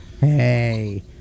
Hey